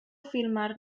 filmar